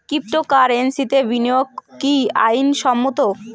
ক্রিপ্টোকারেন্সিতে বিনিয়োগ কি আইন সম্মত?